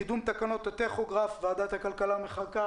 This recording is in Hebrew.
קידום תקנות הטכוגרף ועדת הכלכלה מחכה